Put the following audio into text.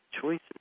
choices